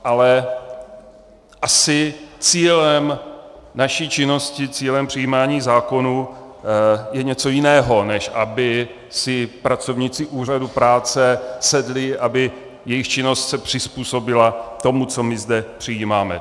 Ale asi cílem naší činnosti, cílem přijímání zákonů je něco jiného, než aby si pracovníci úřadů práce sedli, aby jejich činnost se přizpůsobila tomu, co my zde přijímáme.